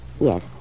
Yes